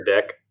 deck